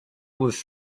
was